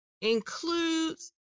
includes